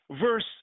verse